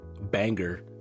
banger